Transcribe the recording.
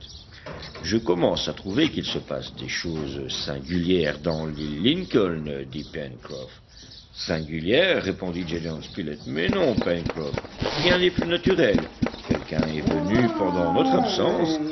je commence à trouver qu'il se passe des choses singulières dans l'île lincoln dit pencroff singulières répondit gédéon spilett mais non pencroff rien n'est plus naturel quelqu'un est venu pendant notre absence